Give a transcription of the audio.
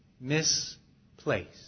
misplaced